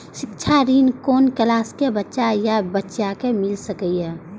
शिक्षा ऋण कुन क्लास कै बचवा या बचिया कै मिल सके यै?